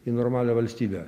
į normalią valstybę